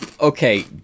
Okay